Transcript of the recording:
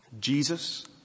Jesus